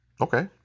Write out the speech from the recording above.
okay